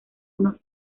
unos